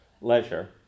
leisure